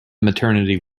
maternity